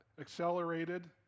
accelerated